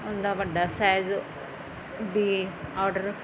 ਉਹਦਾ ਵੱਡਾ ਸਾਈਜ਼ ਵੀ ਔਡਰ